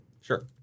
Sure